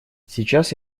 сейчас